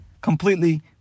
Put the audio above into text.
completely